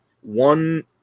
one